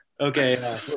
Okay